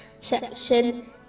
section